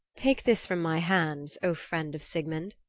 take this from my hands, o friend of sigmund,